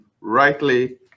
rightly